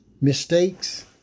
Mistakes